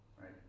right